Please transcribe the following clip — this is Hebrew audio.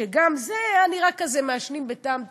שגם זה היה נראה, מעשנים בטעם תפוח,